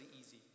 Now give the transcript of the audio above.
easy